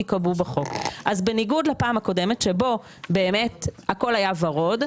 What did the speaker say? ייקבעו בחוק; אז בניגוד לפעם הקודמת שבו באמת הכול היה ורוד,